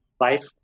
life